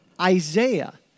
Isaiah